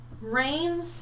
Rain